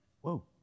whoa